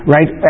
Right